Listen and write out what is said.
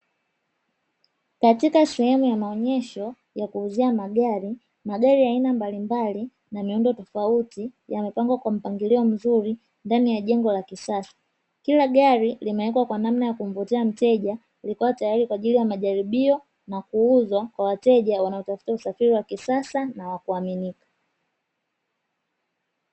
Katika sehemu ya maonyesho ya kuuzia magari, magari ya aina mbalimbali na miundo tofauti yamepangwa kwa mpangilio mzuri ndani ya jengo la kisasa. Kila gari limewekwa kwa namna ya kumvutia mteja, likiwa tayari kwa ajili ya majaribio na kuuzwa kwa wateja wanaotafuta usafiri wa kisasa na wa kuaminika.